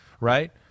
right